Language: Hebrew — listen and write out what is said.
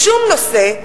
בשום נושא,